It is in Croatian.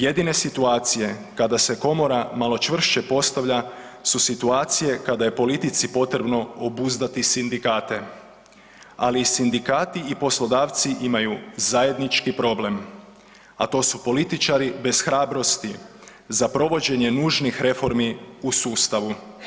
Jedine situacije kada se komora malo čvršće postavlja su situacije kada je politici potrebno obuzdati sindikate, ali i sindikati i poslodavci imaju zajednički problem, a to su političari bez hrabrosti za provođenje nužnih reformi u sustavu.